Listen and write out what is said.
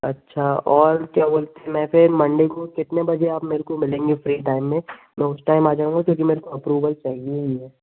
अच्छा और क्या बोलते हैं मैं फिर मंडे को कितना बजे आप मेरे को मिलेंगे फ्री टाइम में मैं उस टाइम आ जाउँगा क्योंकि मेरे को अप्रूवल चाहिए ही है